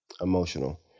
emotional